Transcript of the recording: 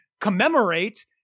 commemorate